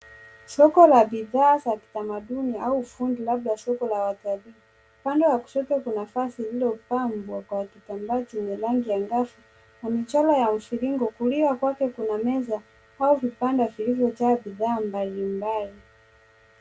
Soko la bidhaa za kitamaduni au ufundi labda soko la watalii. Upande wa kushoto kuna bidhaa zilizopangwa kwa kitambaa chenye rangi angavu na michoro ya mviringo. Kulia kwake kuna meza au vibanda vilivyojaa bidhaa mbalimbali.